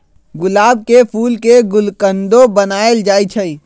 गुलाब के फूल के गुलकंदो बनाएल जाई छई